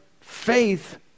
faith